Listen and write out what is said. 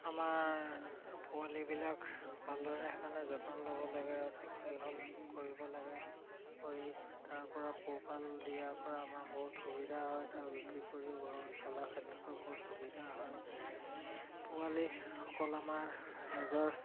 আমাৰ পোৱালিবিলাক ভালদৰে সেইকাৰণে যতন ল'ব লাগে কৰিব লাগে কৰি তাৰপৰা পোহপাল দিয়াৰ পৰা আমাৰ বহুত সুবিধা হয় তাৰ বিক্ৰী কৰিও ঘৰৰ চলাৰ ক্ষেত্ৰতো বহুত সুবিধা হয় পোৱালি অকল আমাৰ নিজৰ